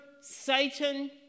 Satan